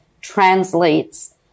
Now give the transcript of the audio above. translates